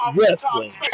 Wrestling